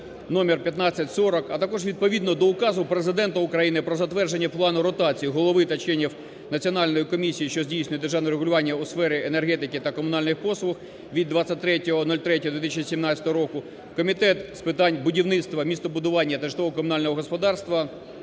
(номер 1540), а також відповідно до Указу Президента України про затвердження плану ротації голови та членів Національної комісії, що здійснює державне регулювання у сфері енергетики та комунальних послуг від 23.03.2017 року, Комітет з питань будівництва, містобудування та житлово-комунального господарства